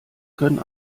können